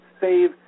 save